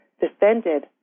defended